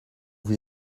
vous